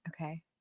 okay